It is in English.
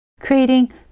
creating